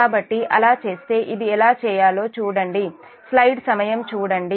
కాబట్టి అలా చేస్తే ఇది ఎలా చేయాలో చూడండి